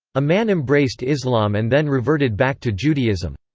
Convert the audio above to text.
a man embraced islam and then reverted back to judaism.